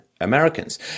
Americans